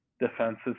defenses